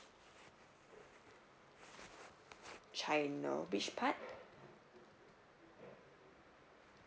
china which part